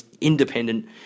independent